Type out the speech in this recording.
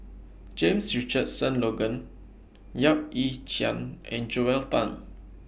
James Richardson Logan Yap Ee Chian and Joel Tan